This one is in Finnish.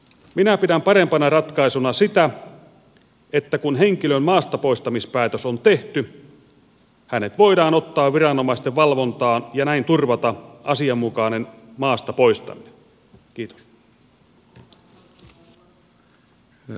minä pidän parempana ratkaisuna sitä että kun henkilön maastapoistamispäätös on tehty hänet voidaan ottaa viranomaisten valvontaan ja näin turvata asianmukainen maasta poistaminen